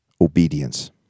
obedience